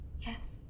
Yes